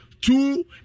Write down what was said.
two